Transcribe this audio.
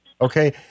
Okay